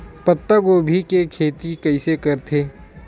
पत्तागोभी के खेती कइसे करथे?